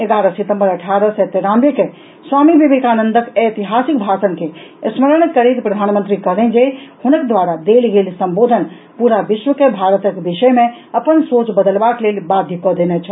एगारह सितंबर अठारह सय तेरानवे के स्वामी विवेकानंदक ऐतिहासिक भाषण के स्मरण करैत प्रधानमंत्री कहलनि जे हुनक द्वारा देल गेल संबोधन पूरा विश्व के भारतक विषय मे अपन सोच बदलवाक लेल बाध्य कऽ देने छल